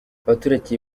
abaturage